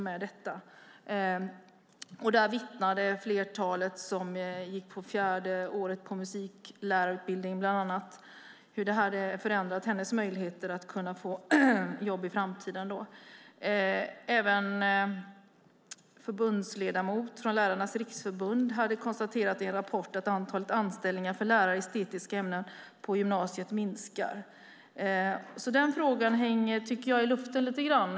En som gick fjärde året på musiklärarutbildningen vittnade om hur det hade förändrat hennes möjligheter att få jobb i framtiden. Även en förbundsledamot från Lärarnas riksförbund hade konstaterat i en rapport att antalet anställningar för lärare i estetiska ämnen på gymnasiet minskar. Den frågan hänger i luften.